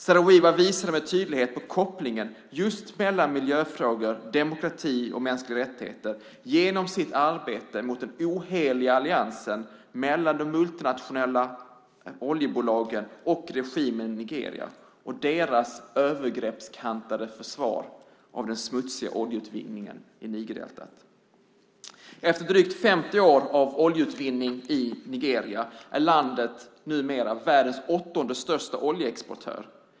Saro-Wiwa visade med tydlighet på kopplingen just mellan miljöfrågor, demokrati och mänskliga rättigheter genom sitt arbete mot den oheliga alliansen mellan de multinationella oljebolagen och regimen i Nigeria och deras övergreppskantade försvar av den smutsiga oljeutvinningen i Nigerdeltat. Efter drygt 50 år av oljeutvinning i Nigeria är landet numera världens åttonde största oljeexportör.